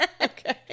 Okay